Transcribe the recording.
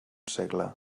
segle